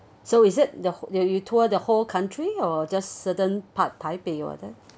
so is it the you you tour the whole country or just certain part taipei or